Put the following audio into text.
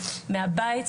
מהבית,